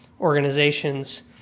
organizations